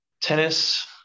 tennis